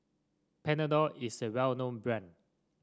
Panadol is a well known brand